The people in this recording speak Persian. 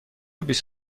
بیست